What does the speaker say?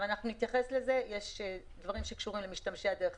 יש דברים שקשורים למשתמשי הדרך,